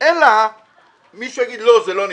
אלא מישהו יאמר שזה לא נפתח,